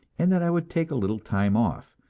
and that i would take a little time off,